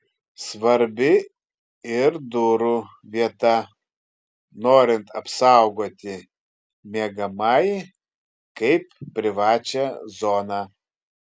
svarbi ir durų vieta norint apsaugoti miegamąjį kaip privačią zoną